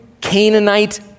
Canaanite